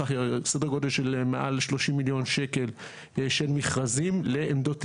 סדר גודל של מעל ל-30 מיליון שקל של מכרזים לעמדות טעינה.